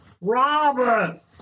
Robert